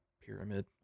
pyramid